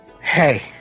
Hey